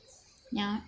ഞാൻ